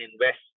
invest